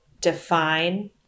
define